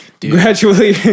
Gradually